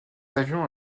avion